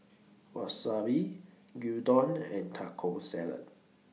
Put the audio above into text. Wasabi Gyudon and Taco Salad